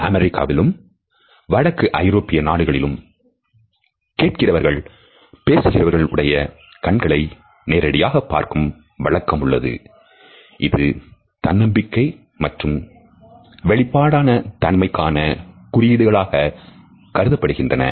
அமெரிக்காவிலும் வடக்கு ஐரோப்பிய நாடுகளிலும் கேட்கிறவர்கள் பேசுபவர்கள் உடைய கண்களை நேரடியாக பார்க்கும் வழக்கம் உள்ளது இது தன்னம்பிக்கை மற்றும் வெளிப்பாடான தன்மைக்கான குறியீடுகளாக கருதப்படுகின்றன